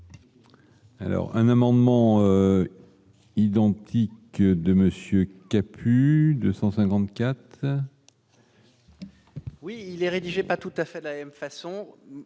Alors un amendement. Identique de monsieur étaient plus de 154. Oui, il est rédigé, pas tout à fait de la même façon,